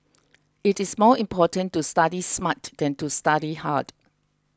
it is more important to study smart than to study hard